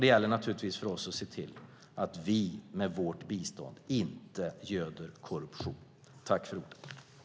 Det gäller för oss att se till att vi med vårt bistånd inte göder korruption. I detta anförande instämde Clas-Göran Carlsson, Kenneth G Forslund, Carina Hägg, Désirée Liljevall, Carin Runeson och Olle Thorell .